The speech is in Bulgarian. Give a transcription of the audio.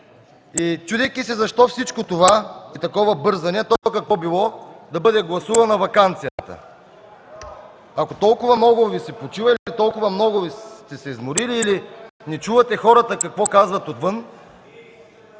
И чудейки се защо е всичко това и такова бързане, а то какво било? – Да бъде гласувана ваканцията. Ако толкова много Ви се почива и толкова много сте се изморили или не чувате какво казват хората